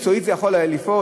מקצועית, זה יכול לפעול?